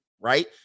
right